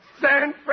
San